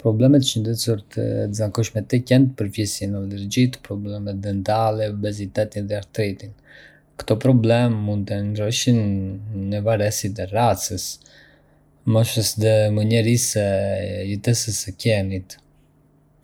Problemët shëndetësore të zakonshme tek qentë përfshijnë alergjitë, problemet dentale, obezitetin dhe artritin. Këto probleme mund të ndryshojnë në varësi të racës, moshës dhe mënyrës së jetesës së qenit.